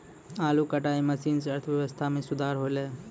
आलू कटाई मसीन सें अर्थव्यवस्था म सुधार हौलय